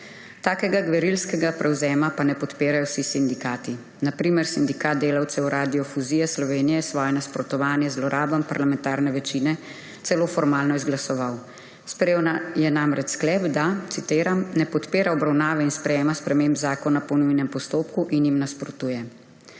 Takega gverilskega prevzema pa ne podpirajo vsi sindikati. Na primer Sindikat delavcev radiodifuzije Slovenije je svoje nasprotovanje zlorabam parlamentarne večine celo formalno izglasoval. Sprejel je namreč sklep, da, citiram, »ne podpira obravnave in sprejema sprememb zakona po nujnem postopku in jim nasprotuje«.